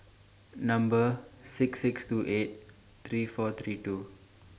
Number six six two eight three four three two